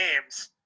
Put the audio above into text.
games